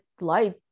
light